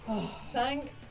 Thank